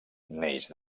neix